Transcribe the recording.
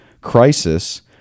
crisis